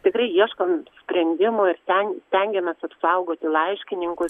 tikrai ieškom sprendimų ir sten stengiamės apsaugoti laiškininkus